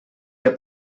que